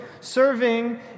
Serving